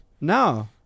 No